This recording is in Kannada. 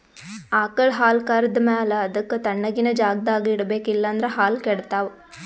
ಆಕಳ್ ಹಾಲ್ ಕರ್ದ್ ಮ್ಯಾಲ ಅದಕ್ಕ್ ತಣ್ಣಗಿನ್ ಜಾಗ್ದಾಗ್ ಇಡ್ಬೇಕ್ ಇಲ್ಲಂದ್ರ ಹಾಲ್ ಕೆಡ್ತಾವ್